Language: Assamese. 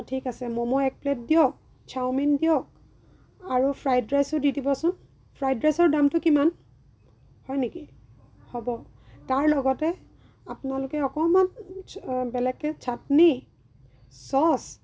অঁ ঠিক আছে মমো এক প্লেট দিয়ক চাওমিন দিয়ক আৰু ফ্ৰাইড ৰাইচো দি দিবচোন ফ্ৰাইড ৰাইচৰ দামটো কিমান হয় নেকি হ'ব তাৰ লগতে আপোনালোকে অকণমান চ বেলেগকে চাটনি ছচ